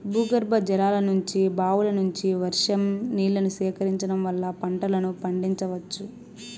భూగర్భజలాల నుంచి, బావుల నుంచి, వర్షం నీళ్ళను సేకరించడం వల్ల పంటలను పండించవచ్చు